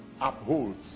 upholds